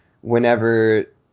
whenever